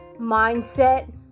mindset